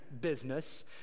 business